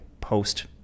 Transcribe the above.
post